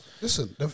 Listen